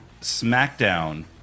SmackDown